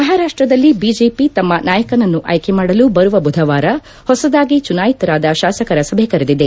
ಮಹಾರಾಷ್ಟ್ರದಲ್ಲಿ ಬಿಜೆಪಿ ತಮ್ಮ ನಾಯಕನನ್ನು ಆಯ್ಕೆ ಮಾಡಲು ಬರುವ ಬುಧವಾರ ಹೊಸದಾಗಿ ಚುನಾಯಿತರಾದ ಶಾಸಕರ ಸಭೆ ಕರೆದಿದೆ